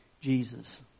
Jesus